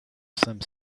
some